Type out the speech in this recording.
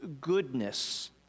goodness